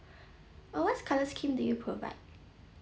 uh what colour scheme do you provide